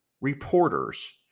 reporters